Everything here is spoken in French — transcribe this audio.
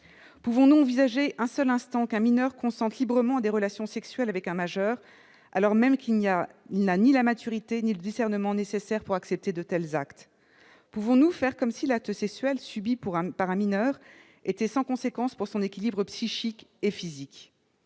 Pouvons-nous envisager un seul instant qu'un mineur consente librement à des relations sexuelles avec un majeur, alors même qu'il n'a ni la maturité ni le discernement nécessaires pour accepter de tels actes ? Pouvons-nous faire comme si l'acte sexuel subi par un mineur était sans conséquence pour son équilibre psychique et physique ?